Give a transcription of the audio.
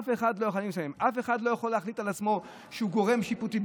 אף לא יכול להחליט שהוא גורם שיפוטי,